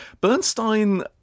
Bernstein